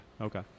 okay